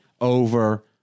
over